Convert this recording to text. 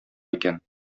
икән